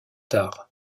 tard